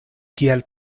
kiel